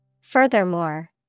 Furthermore